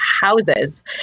houses